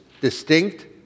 distinct